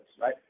right